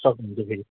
सक्नुहुन्छ फेरि